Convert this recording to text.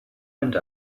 and